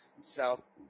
South